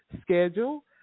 schedule